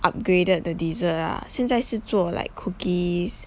upgraded the desert ah 现在是做 like cookies